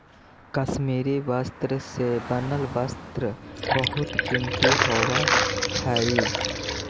कश्मीरी ऊन से बनल वस्त्र बहुत कीमती होवऽ हइ